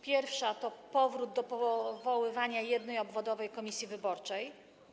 Pierwsza sprawa to powrót do powoływania jednej obwodowej komisji wyborczej.